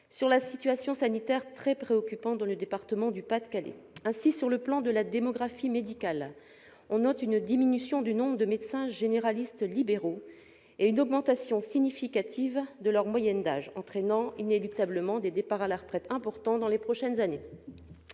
sur la situation sanitaire très préoccupante que connaît le département du Pas-de-Calais. Ainsi, sur le plan de la démographie médicale, on note une diminution du nombre de médecins généralistes libéraux et une augmentation significative de leur moyenne d'âge, ce qui entraînera inéluctablement un important mouvement de départs à la retraite dans les prochaines années.